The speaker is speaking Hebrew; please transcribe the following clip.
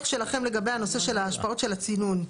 שלכם לגבי הנושא של השפעות של הצינון.